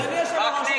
אני מכבדת אותך מאוד.